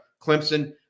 Clemson